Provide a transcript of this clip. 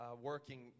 working